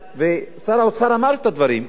ושר האוצר אמר את הדברים,